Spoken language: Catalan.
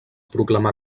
proclamà